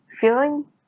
feeling